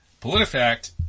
PolitiFact